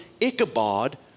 Ichabod